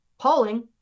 polling